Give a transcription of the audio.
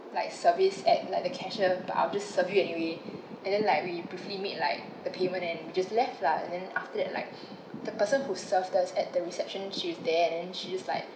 like service at like the cashier but I'll just serve you anyway and then like we briefly made like the payment and just left lah and then after that like the person who served us at the reception she was there and then she's just like